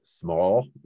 Small